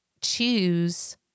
choose